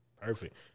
Perfect